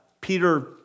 Peter